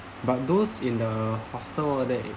but those in the hostel that